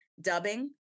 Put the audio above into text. dubbing